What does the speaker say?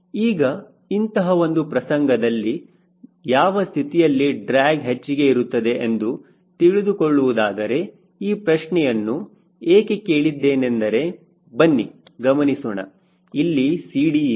ಈಗ ಇಂತಹ ಒಂದು ಪ್ರಸಂಗದಲ್ಲಿ ಯಾವ ಸ್ಥಿತಿಯಲ್ಲಿ ಡ್ರ್ಯಾಗ್ ಹೆಚ್ಚಿಗೆ ಇರುತ್ತದೆ ಎಂದು ತಿಳಿದುಕೊಳ್ಳುವುದಾದರೆ ಈ ಪ್ರಶ್ನೆಯನ್ನು ಏಕೆ ಕೇಳಿದ್ದೇನೆಂದರೆ ಬನ್ನಿ ಗಮನಿಸೋಣ ಇಲ್ಲಿ CD ಇದೆ